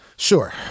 Sure